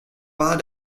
war